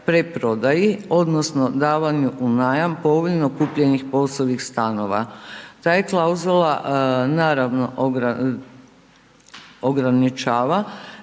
preprodaji odnosno davanju u najam povoljno kupljenih POS-ovih stanova. Ta je klauzula naravno ograničava,